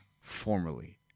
formerly